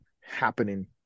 happening